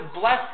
bless